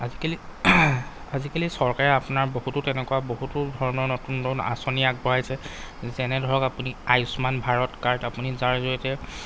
আজিকালি আজিকালি চৰকাৰে আপোনাৰ বহুতো তেনেকুৱা বহুতো ধৰণৰ নতুন নতুন আঁচনি আগবঢ়াইছে যেনে ধৰক আপুনি আয়ুষ্মান ভাৰত কাৰ্ড আপুনি যাৰ জৰিয়তে